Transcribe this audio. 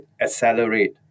accelerate